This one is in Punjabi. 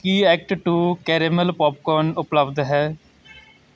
ਕੀ ਐਕਟ ਟੂ ਕੈਰੇਮਲ ਪੌਪਕੌਰਨ ਉਪਲੱਬਧ ਹੈ